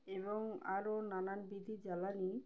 এবং আরও নানাবিধ জ্বালানি